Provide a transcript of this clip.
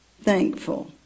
thankful